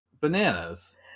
bananas